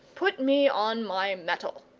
put me on my mettle.